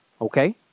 Okay